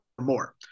more